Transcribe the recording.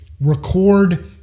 record